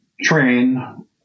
train